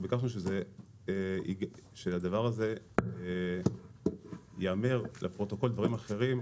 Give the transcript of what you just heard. אנחנו ביקשנו שהדבר הזה יאמר לפרוטוקול דברים אחרים.